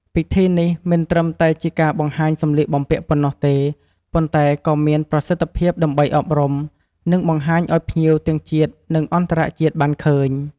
ពិធីនេះមិនត្រឹមតែជាការបង្ហាញសម្លៀកបំពាក់ប៉ុណ្ណោះទេ ប៉ុន្តែក៏មានប្រសិទ្ធភាពដើម្បីអប់រំ និងបង្ហាញអោយភ្ញៀវទាំងជាតិ និងអន្តរជាតិ បានឃើញ។